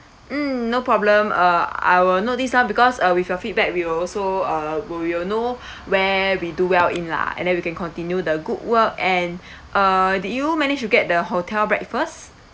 mm no problem uh I will note this down because uh with your feedback we will also uh go we will know where we do well in lah and then we can continue the good work and uh did you manage to get the hotel breakfast